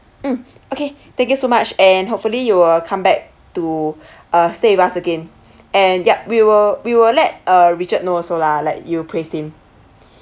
9mm) okay thank you so much and hopefully you will come back to uh stay with us again and ya we will we will let uh richard know also lah like you praised him